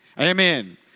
Amen